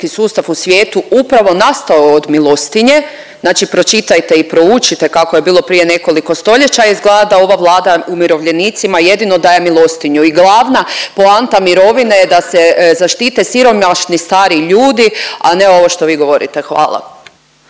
sustav u svijetu upravo nastao od milostinje, znači pročitajte i proučite kako je bilo prije nekoliko stoljeća. Izgleda da ova Vlada umirovljenicima jedino daje milostinju i glavna poanta mirovine je da se zaštite siromašni stariji ljudi, a ne ovo što vi govorite, hvala.